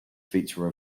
feature